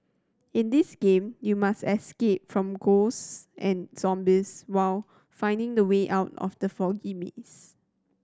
in this game you must escape from ghosts and zombies while finding the way out of the foggy maze